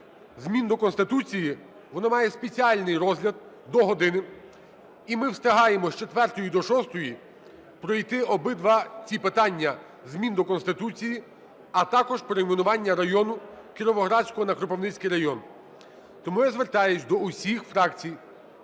змін до Конституції, воно має спеціальний розгляд, до години. І ми встигаємо з четвертої до шостої пройти обидва ці питання змін до Конституції, а також перейменування району Кіровоградського на Кропивницький район. Тому я звертаюсь до всіх фракцій,